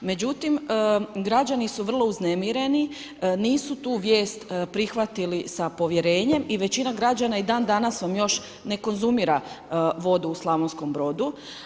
Međutim, građani su vrlo uznemireni, nisu tu vijest prihvatili sa povjerenjem i većina građana i dan danas vam još ne konzumira vodu u Slavonskom Brodu.